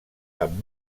amb